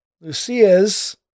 Lucia's